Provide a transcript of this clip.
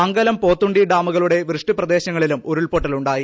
മംഗലം പോത്തുണ്ടി ഡാമുകളുടെ വൃഷ്ടി പ്രദേശങ്ങളിലും ഉരുൾപൊട്ടലുണ്ടായി